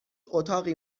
اتاقی